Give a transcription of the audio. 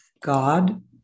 God